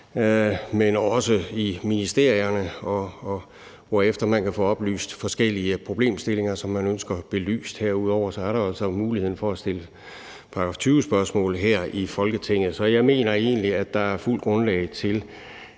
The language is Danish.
men også i ministerierne; man kan få belyst forskellige problemstillinger, som ønsker at få belyst. Herudover er der jo altså mulighed for at stille § 20-spørgsmål her i Folketinget. Så jeg mener egentlig, at der er fuldt grundlag for